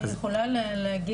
אני מבקשת תשובה.